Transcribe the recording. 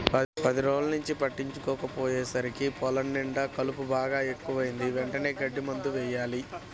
పది రోజుల్నుంచి పట్టించుకోకపొయ్యేసరికి పొలం నిండా కలుపు బాగా ఎక్కువైంది, వెంటనే గడ్డి మందు యెయ్యాల